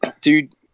Dude